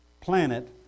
planet